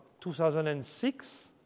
2006